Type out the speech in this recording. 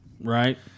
Right